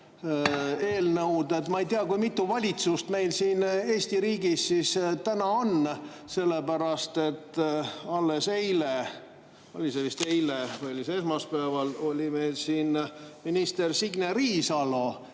Ma ei tea, mitu valitsust meil siin Eesti riigis on, sellepärast et alles eile – oli see vist eile või oli see esmaspäeval – oli meil siin minister Signe Riisalo,